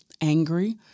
angry